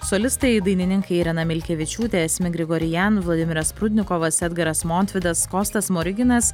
solistai dainininkai irena milkevičiūtė asmik grigorian vladimiras prudnikovas edgaras montvidas kostas smoriginas